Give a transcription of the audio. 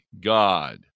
God